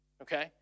okay